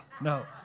No